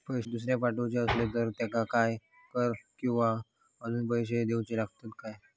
पैशे दुसऱ्याक पाठवूचे आसले तर त्याका काही कर किवा अजून पैशे देऊचे लागतत काय?